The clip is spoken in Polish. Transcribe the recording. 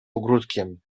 ogródkiem